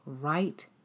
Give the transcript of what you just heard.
right